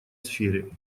сфере